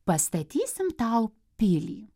pastatysim tau pilį